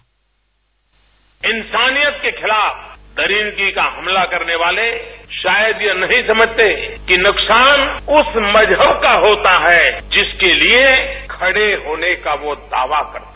bite इंसानियत के खिलाफ दरिंदगी का हमला करने वाले शायद ये नहीं समझते कि नुकसान उस मजहब का होता है जिसके लिए खड़े होने का वो दावा करते है